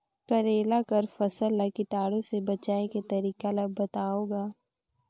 करेला कर फसल ल कीटाणु से बचाय के तरीका ला बताव ग?